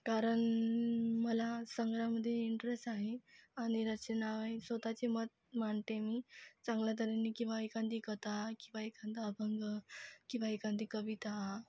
कारण मला संग्रहामध्ये इंट्रेस आहे आणि रचना स्वतःचे मत मांडते मी चांगल्या तऱ्हेने किंवा एखादी कथा किंवा एखादा अभंग किंवा एखादी कविता